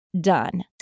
done